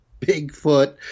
Bigfoot